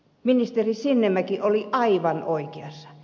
ministeri sinnemäki oli aivan oikeassa